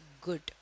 good